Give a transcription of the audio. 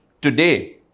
Today